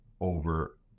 over